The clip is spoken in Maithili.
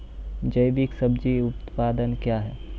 जैविक सब्जी उत्पादन क्या हैं?